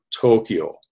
Tokyo